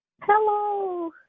Hello